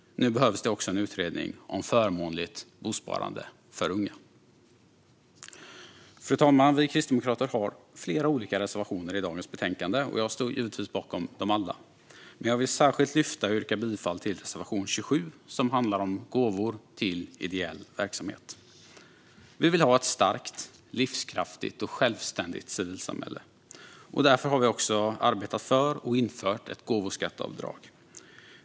Nu behövs det också en utredning om ett förmånligt bosparande för unga. Fru talman! Vi kristdemokrater har flera olika reservationer i dagens betänkande. Jag står givetvis bakom dem alla, men jag vill särskilt lyfta fram och yrka bifall till reservation 27, som handlar om gåvor till ideell verksamhet. Vi vill ha ett starkt, livskraftigt och självständigt civilsamhälle. Därför har vi arbetat för och infört ett gåvoskatteavdrag.